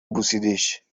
بوسیدیش